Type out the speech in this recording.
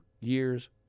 years